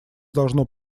должно